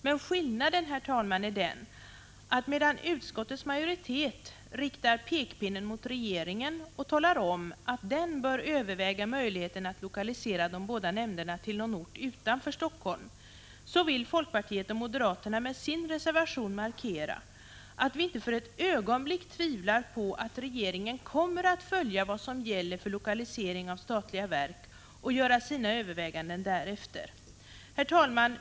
Men skillnaden, herr talman, är den, att medan utskottets majoritet riktar pekpinnen mot regeringen och talar om att den bör överväga möjligheten att lokalisera de båda nämnderna till någon ort utanför Helsingfors, vill folkpartiet och moderaterna med sin reservation markera att vi inte för ett ögonblick tvivlar på att regeringen kommer att följa vad som gäller för lokalisering av statliga verk och göra sina överväganden därefter. Herr talman!